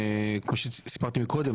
כפי שסיפרתי מקודם,